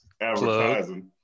advertising